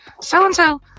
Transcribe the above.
so-and-so